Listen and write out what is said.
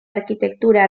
arquitectura